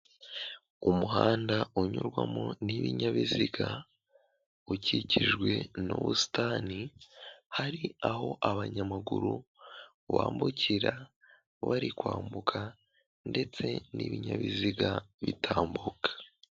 Umuhanda unyurwamo n'ibinyabiziga ukikijwe n'ubusitani, hari aho abanyamaguru bambukira bari kwambuka ndetse n'ibinyabiziga bitambuka.